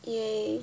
!yay!